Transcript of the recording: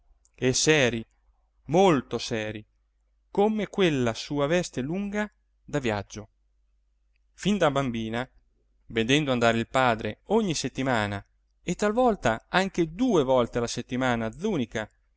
e serii molto serii come quella sua veste lunga da viaggio fin da bambina vedendo andare il padre ogni settimana e talvolta anche due volte la settimana a zùnica